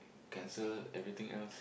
cancel everything else